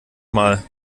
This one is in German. mal